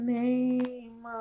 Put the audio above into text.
name